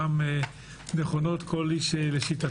וכולן נכונות, כל איש לשיטתו.